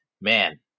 man